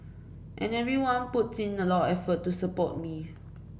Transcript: and everyone puts in a lot of effort to support me